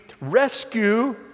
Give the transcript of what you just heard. rescue